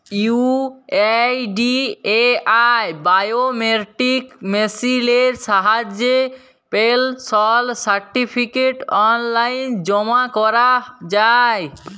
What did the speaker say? UIDAI biometric মেসিলের সাহায্যে pension certificate অললাইল জমা ক্যরা যায়